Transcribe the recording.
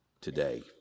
today